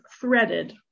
threaded